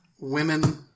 women